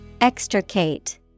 Extricate